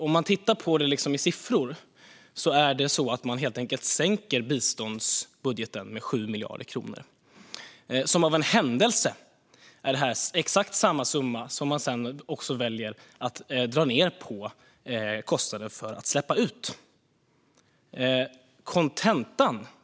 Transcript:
Om man tittar på detta i siffror sänks biståndsbudgeten med 7 miljarder kronor. Som av en händelse är det här exakt samma summa som man sedan väljer att dra ned på kostnaden för utsläpp.